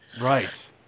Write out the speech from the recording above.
Right